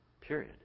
period